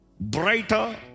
Brighter